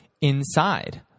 inside